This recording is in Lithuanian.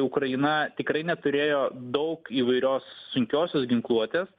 ukraina tikrai neturėjo daug įvairios sunkiosios ginkluotės